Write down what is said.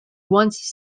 once